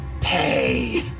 pay